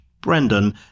brendan